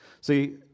See